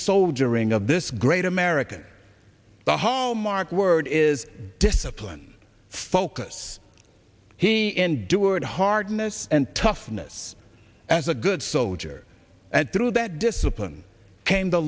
soldiering of this great american the hallmark word is discipline focus he endured hardness and toughness as a good soldier and through that discipline came the